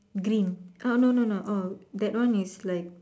green ah no no no orh that one is like